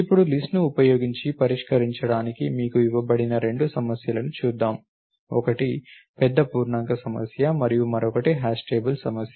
ఇప్పుడు లిస్ట్ ను ఉపయోగించి పరిష్కరించడానికి మీకు ఇవ్వబడిన రెండు సమస్యలను చూద్దాం ఒకటి పెద్ద పూర్ణాంక సమస్య మరియు మరొకటి హాష్ టేబుల్ సమస్య